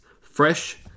Fresh